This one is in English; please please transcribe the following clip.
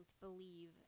believe